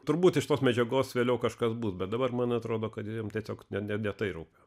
turbūt iš tos medžiagos vėliau kažkas bus bet dabar man atrodo kad jiem tiesiog ne ne ne tai rūpi